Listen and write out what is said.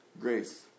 grace